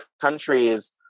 countries